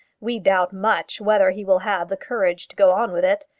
we doubt much whether he will have the courage to go on with it.